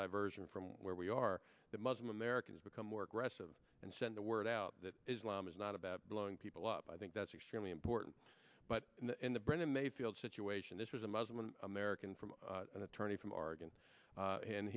diversion from where we are that muslim americans become more aggressive and send the word out that islam is not about blowing people up i think that's extremely important but in the brandon mayfield situation this was a muslim american from an attorney from oregon